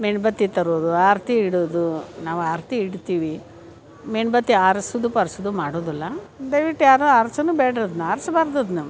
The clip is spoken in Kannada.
ಮೇಣ ಬತ್ತಿ ತರುವುದು ಆರತಿ ಇಡುವುದು ನಾವು ಆರತಿ ಇಡ್ತೀವಿ ಮೇಣ ಬತ್ತಿ ಆರ್ಸೋದು ಪಾರ್ಸೋದು ಮಾಡುದಿಲ್ಲ ದಯ್ವಿಟ್ಟು ಯಾರೂ ಆರ್ಸುದು ಬ್ಯಾಡ್ರಿ ಅದನ್ನ ಆರ್ಸ್ಬಾರ್ದು ಅದು ನಾವು